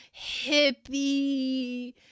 hippie